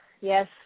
yes